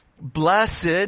Blessed